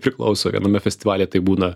priklauso viename festivalyje tai būna